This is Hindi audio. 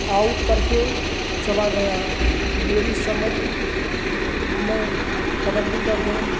आउट करके चला गया मेरी समझ में कबड्डी का गेम